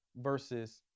versus